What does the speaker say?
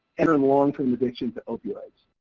and and long-term addiction to opioids.